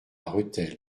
rethel